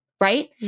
Right